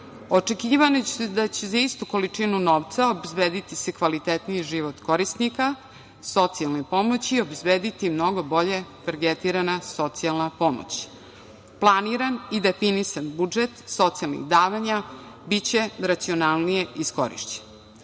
su da će se za istu količinu novca obezbediti kvalitetniji život korisnika socijalne pomoći i obezbediti mnogo bolje targetirana socijalna pomoć. Planiran i definisan budžet socijalnih davanja biće racionalnije iskorišćen.U